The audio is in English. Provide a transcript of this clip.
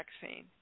vaccine